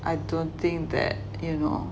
I don't think that you know